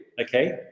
okay